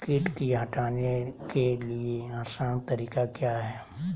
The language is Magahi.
किट की हटाने के ली आसान तरीका क्या है?